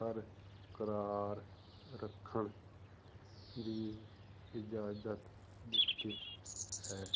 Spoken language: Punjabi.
ਬਰਕਰਾਰ ਰੱਖਣ ਦੀ ਇਜਾਜ਼ਤ ਦਿੱਤੀ ਹੈ